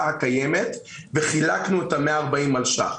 הקיימת וחילקנו את ה-140 מיליון שקלים.